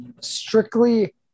strictly